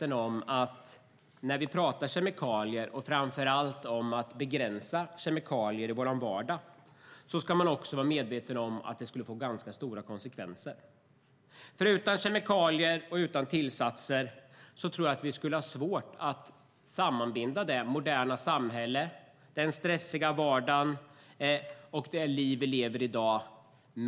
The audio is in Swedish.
När vi pratar om kemikalier och framför allt om att begränsa kemikalier i vår vardag ska man också vara medveten om att det skulle få ganska stora konsekvenser, för utan kemikalier och utan de tillsatser som finns tror jag att vi skulle ha svårt att sammanbinda det moderna samhället, den stressiga vardagen och det liv vi lever i dag.